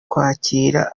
kwakira